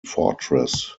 fortress